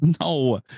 no